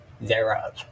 Thereof